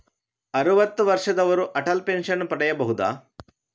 ಅರುವತ್ತು ವರ್ಷದವರು ಅಟಲ್ ಪೆನ್ಷನ್ ಪಡೆಯಬಹುದ?